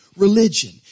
religion